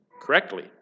correctly